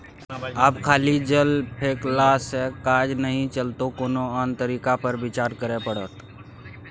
आब खाली जाल फेकलासँ काज नहि चलतौ कोनो आन तरीका पर विचार करय पड़त